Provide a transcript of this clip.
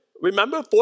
remember